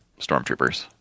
stormtroopers